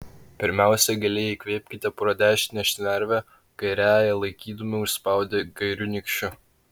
pirmiausia giliai įkvėpkite pro dešinę šnervę kairiąją laikydami užspaudę kairiu nykščiu